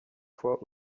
fois